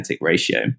ratio